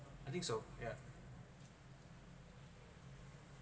I think so yeah